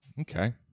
Okay